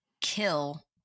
kill